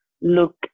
look